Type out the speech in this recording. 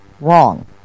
wrong